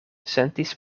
sentis